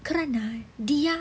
kerana dia